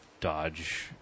Dodge